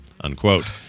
Unquote